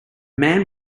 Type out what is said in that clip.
man